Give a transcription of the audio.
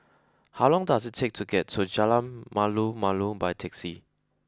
how long does it take to get to Jalan Malu Malu by taxi